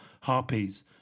harpies